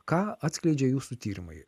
ką atskleidžia jūsų tyrimai